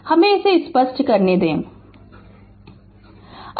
हमे इसे स्पष्ट करने दो दे